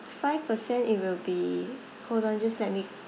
five percent it will be hold on just let me